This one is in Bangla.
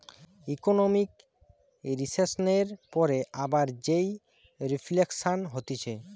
ইকোনোমিক রিসেসনের পরে আবার যেই রিফ্লেকশান হতিছে